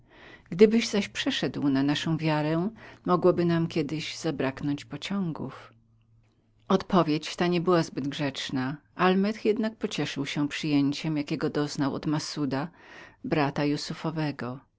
gdybyś zatem przeszedł na naszą wiarę mogłoby nam kiedyś zabraknąć pociągów odpowiedź ta nie była zbyt grzeczną almeth jednak pocieszył się przyjęciem jakiego doznał od massuda brata jussupowego ten zatrzymał go